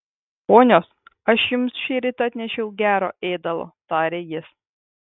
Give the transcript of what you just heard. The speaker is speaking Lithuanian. ponios aš jums šįryt atnešiau gero ėdalo tarė jis